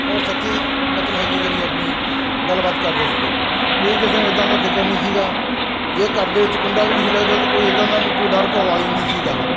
ਔਰ ਸੱਚੀ ਮਤਲਬ ਹੈਗੀ ਜਿਹੜੀ ਆਪਣੀ ਗੱਲਬਾਤ ਕਰਦੇ ਸੀਗੇ ਕੋਈ ਕਿਸੇ ਨੂੰ ਇੱਦਾਂ ਦਾ ਫਿਕਰ ਨਹੀਂ ਸੀਗਾ ਜੇ ਘਰ ਦੇ ਵਿੱਚ ਕੁੰਡਾ ਵੀ ਨਹੀਂ ਲੱਗਦਾ ਅਤੇ ਕੋਈ ਇੱਦਾਂ ਦਾ ਨਹੀਂ ਕੋਈ ਡਰ ਭੋ ਵਾਲੀ ਨਹੀਂ ਸੀ ਗੱਲ